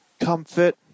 comfort